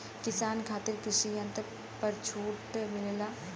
किसान खातिर कृषि यंत्र पर भी छूट मिलेला?